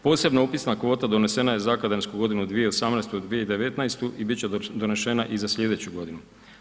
Posebna upisna kvota donesena je za akademsku godinu 2018. i 2019. i bit će donešena i za slijedeću godinu.